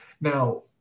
Now